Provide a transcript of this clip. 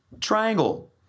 triangle